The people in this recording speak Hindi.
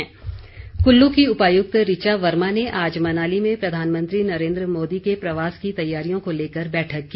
उपायुक्त कुल्लू की उपायुक्त ऋचा वर्मा ने आज मनाली में प्रधानमंत्री नरेन्द्र मोदी के प्रवास तैयारियों को लेकर बैठक की